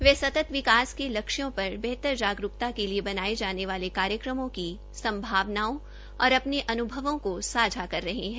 वे सतत विकास के लक्ष्यों पर बेहतर जागरूकता के लिए बनाये जाने वाले कार्यक्रमों की सभावनाओं और अपने अन्भवों को सांझा कर रहे है